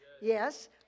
Yes